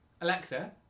Alexa